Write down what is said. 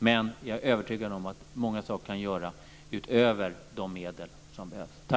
Men jag är övertygad om att många saker kan göras, utöver de medel som behövs.